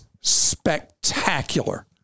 spectacular